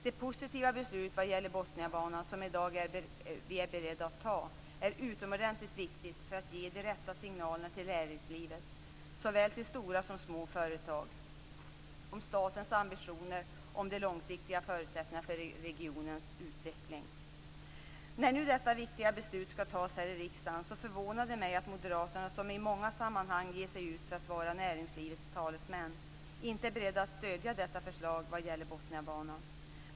Det positiva beslut vad gäller Botniabanan som vi i dag är beredda att ta är utomordentligt viktigt för att ge de rätta signalerna till näringslivet, såväl till stora som till små företag, om statens ambitioner och om de långsiktiga förutsättningarna för regionens utveckling. När nu detta viktiga beslut skall tas här i riksdagen förvånar det mig att moderaterna, som i många sammanhang ger sig ut för att vara näringslivets talesmän, inte är beredda att stödja detta förslag vad gäller Botniabanan.